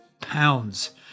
pounds